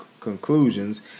conclusions